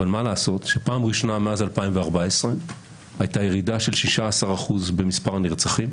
אבל מה לעשות שלראשונה מאז 2014 הייתה ירידה של 16% במספר הנרצחים